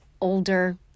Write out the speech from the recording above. older